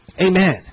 Amen